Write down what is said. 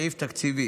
סעיף תקציבי